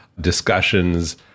discussions